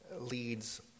leads